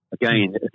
Again